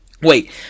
wait